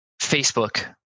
Facebook